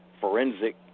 forensic